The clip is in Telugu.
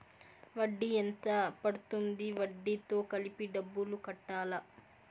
వడ్డీ ఎంత పడ్తుంది? వడ్డీ తో కలిపి డబ్బులు కట్టాలా?